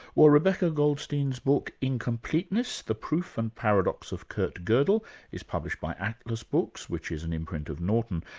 well, rebecca goldstein's book, incompleteness the proof and paradox of kurt godel is published by atlas books, which is an imprint of norton.